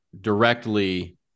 directly